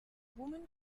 woman